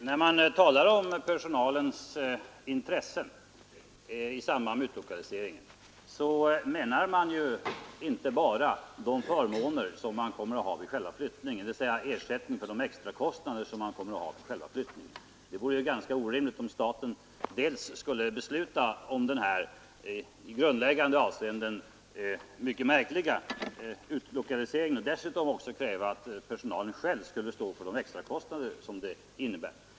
När man talar om personalens intressen i samband med utlokalisering avser man inte bara de förmåner som personalen kommer att få vid själva flyttningen, dvs. ersättning för extra kostnader i samband med flyttningen; det vore ju orimligt att staten skulle besluta om denna i grundläggande avseenden mycket märkliga utlokalisering och dessutom kräva att personalen själv skulle stå för de extrakostnader som utflyttningen innebär.